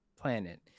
planet